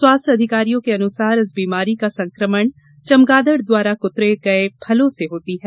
स्वास्थ्य अधिकारियों के अनुसार इस बीमारी का संक्रमण चमगादड़ द्वारा कृतरे गये फलों से होती है